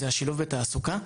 זה השילוב בתעסוקה.